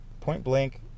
point-blank